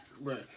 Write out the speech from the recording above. Right